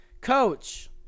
Coach